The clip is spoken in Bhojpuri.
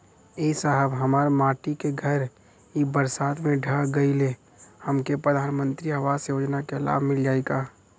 ए साहब हमार माटी क घर ए बरसात मे ढह गईल हमके प्रधानमंत्री आवास योजना क लाभ मिल जाई का?